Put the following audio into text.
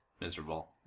miserable